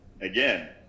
Again